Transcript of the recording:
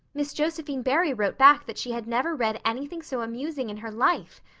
miss josephine barry wrote back that she had never read anything so amusing in her life.